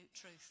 truth